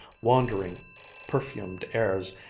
wandering perfumed airs,